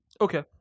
Okay